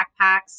backpacks